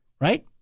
right